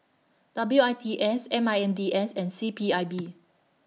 W I T S M I N D S and C P I B